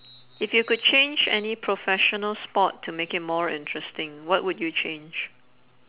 if you could change any professional sport to make it more interesting what would you change